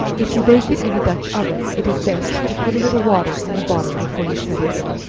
if you bake it in a dutch-oven, it is best to put a little water in the bottom before you set it in